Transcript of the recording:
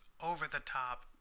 over-the-top